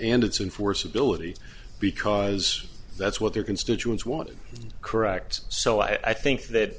and it's in force ability because that's what their constituents want to correct so i think that